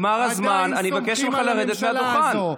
29% בלבד עדיין סומכים על הממשלה הזו.